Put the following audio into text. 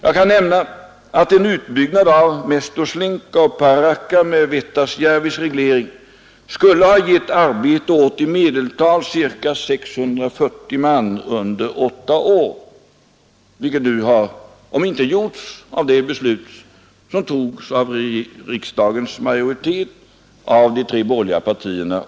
Jag kan nämna att en utbyggnad av Mestoslinka och Parakka med Vettasjärvis reglering skulle ha gett arbete åt i medeltal ca 640 man under åtta år. Då har jag ändå inte tagit hänsyn till den personal som behövs för tillsyn, underhåll och förnyelse av de färdiga kraftverken.